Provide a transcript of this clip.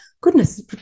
goodness